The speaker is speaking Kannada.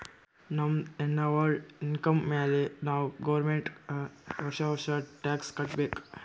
ನಮ್ದು ಎನ್ನವಲ್ ಇನ್ಕಮ್ ಮ್ಯಾಲೆ ನಾವ್ ಗೌರ್ಮೆಂಟ್ಗ್ ವರ್ಷಾ ವರ್ಷಾ ಟ್ಯಾಕ್ಸ್ ಕಟ್ಟಬೇಕ್